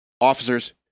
officers